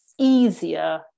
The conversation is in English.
easier